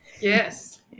Yes